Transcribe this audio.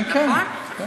כן, כן.